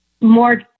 more